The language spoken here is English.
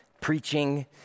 preaching